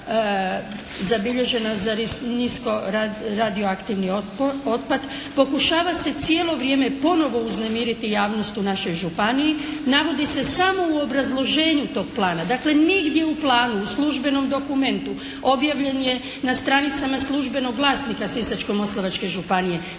zabilježena za nisko radioaktivni otpad. Pokušava se cijelo vrijeme ponovo uznemiriti javnost u našoj županiji. Navodi se samo u obrazloženju tog plana, dakle nigdje u planu, u službenom dokumentu objavljen je na stranicama Službenog glasnika Sisačko-Moslavačke županije,